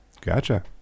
gotcha